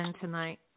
tonight